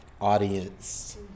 audience